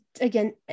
again